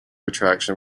attraction